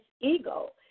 ego